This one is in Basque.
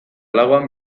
lauan